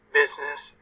business